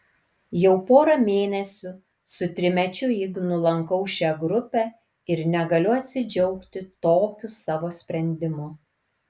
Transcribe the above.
jau porą mėnesių su trimečiu ignu lankau šią grupę ir negaliu atsidžiaugti tokiu savo sprendimu